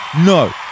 No